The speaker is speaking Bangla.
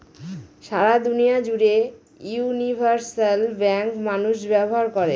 সারা দুনিয়া জুড়ে ইউনিভার্সাল ব্যাঙ্ক মানুষ ব্যবহার করে